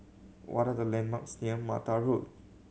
what are the landmarks near Mata Road